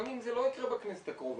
גם אם זה לא יקרה בכנסת הקרובה.